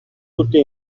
tutti